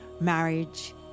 marriage